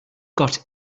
got